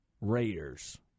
Raiders